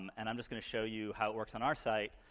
and i'm just gonna show you how it works on our site,